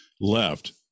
left